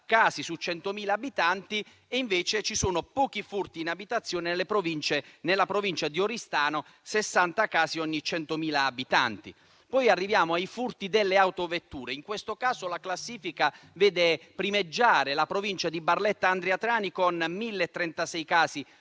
casi su 100.000 abitanti) e invece ci sono pochi furti in abitazione nella provincia di Oristano (con 60 casi ogni 100.000 abitanti). Poi arriviamo ai furti delle autovetture: in questo caso la classifica vede primeggiare la Provincia di Barletta-Andria-Trani con 1.036 casi